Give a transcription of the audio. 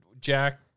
Jack